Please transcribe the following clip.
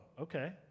Okay